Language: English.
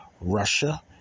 Russia